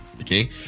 Okay